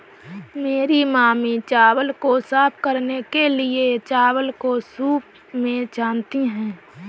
मेरी मामी चावल को साफ करने के लिए, चावल को सूंप में छानती हैं